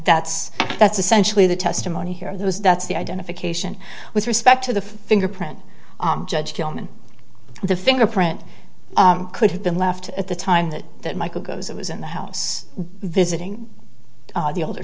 that's that's essentially the testimony here those that's the identification with respect to the fingerprint judge tillman the fingerprint could have been left at the time that that michael goes it was in the house visiting the older